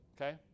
okay